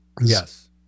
Yes